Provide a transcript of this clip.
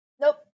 Nope